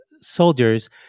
soldiers